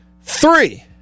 Three